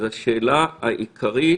השאלה העיקרית